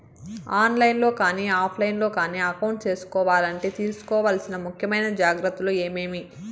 On line లో కానీ offline లో కానీ అకౌంట్ సేసుకోవాలంటే తీసుకోవాల్సిన ముఖ్యమైన జాగ్రత్తలు ఏమేమి?